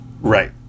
right